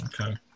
Okay